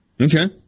Okay